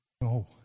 No